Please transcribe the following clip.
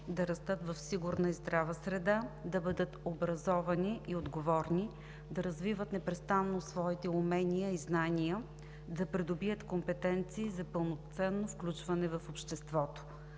да растат в сигурна и здрава среда, да бъдат образовани и отговорни, да развиват непрестанно своите умения и знания, да придобият компетенции за пълноценно включване в обществото.